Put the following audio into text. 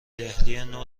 دهلینو